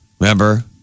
Remember